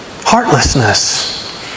Heartlessness